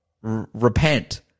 repent